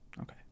Okay